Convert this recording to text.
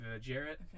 Jarrett